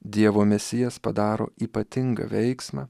dievo mesijas padaro ypatingą veiksmą